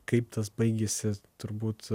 kaip tas baigėsi turbūt